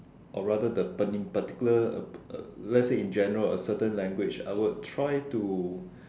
or rather the penin~ particular uh let's say in general a particular language I would try to